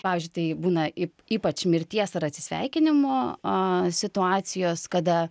pavyzdžiui tai būna ypač mirties ar atsisveikinimo a situacijos kada